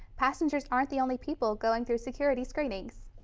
passengers aren't the only people going through security screenings.